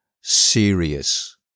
serious